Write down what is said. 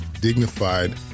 dignified